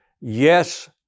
Yes